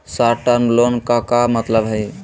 Short term loan के का मतलब हई?